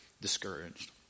discouraged